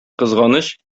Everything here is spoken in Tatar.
кызганыч